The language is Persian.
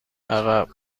عقب